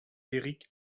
éric